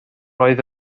oedd